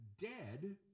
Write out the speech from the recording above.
dead